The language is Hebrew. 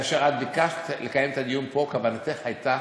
כאשר את ביקשת לקיים את הדיון פה כוונתך הייתה,